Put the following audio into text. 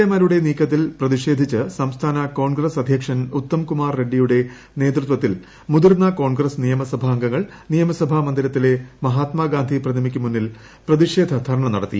എമാരുടെ നീക്കത്തിൽ പ്രതിഷേധിച്ച് സംസ്ഥാന കോൺഗ്രസ് അധ്യക്ഷൻ ഉത്തംകുമാർ റെഡ്ഡിയുടെ നേതൃത്വത്തിൽ മുതിർന്ന കോൺഗ്രസ് നിയമസഭാംഗങ്ങൾ നിയമസഭാ മന്ദിരത്തിലെ മഹാത്മാഗാന്ധി പ്രതിമയ്ക്ക് മുന്നിൽ പ്രതിഷേധ ധർണ്ണ നടത്തി